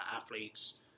athletes